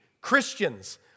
Christians